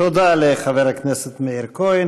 תודה לחבר הכנסת מאיר כהן.